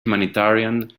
humanitarian